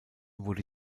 wurde